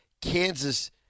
Kansas